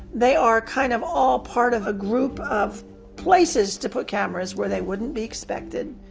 they are kind of all part of a group of places to put cameras where they wouldn't be expected,